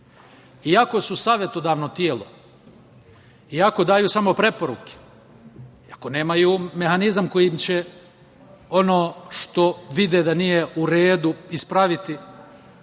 90%.Iako su savetodavno telo, iako daju samo preporuke, iako nemaju mehanizam kojim će ono što vide da nije u redu ispraviti,